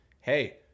Hey